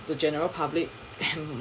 the general public and